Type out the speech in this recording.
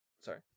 Sorry